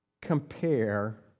compare